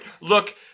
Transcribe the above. Look